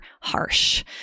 harsh